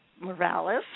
Morales